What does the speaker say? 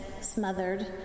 smothered